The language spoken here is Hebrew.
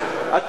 טוב,